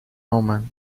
omen